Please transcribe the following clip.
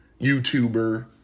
YouTuber